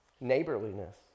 neighborliness